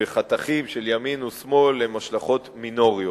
בחתכים של ימין ושמאל הן השלכות מינוריות.